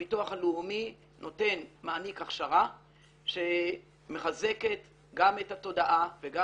הביטוח הלאומי מעניק הכשרה שמחזקת גם את התודעה וגם